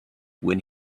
when